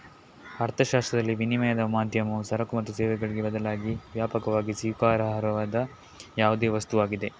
ಅರ್ಥಶಾಸ್ತ್ರದಲ್ಲಿ, ವಿನಿಮಯದ ಮಾಧ್ಯಮವು ಸರಕು ಮತ್ತು ಸೇವೆಗಳಿಗೆ ಬದಲಾಗಿ ವ್ಯಾಪಕವಾಗಿ ಸ್ವೀಕಾರಾರ್ಹವಾದ ಯಾವುದೇ ವಸ್ತುವಾಗಿದೆ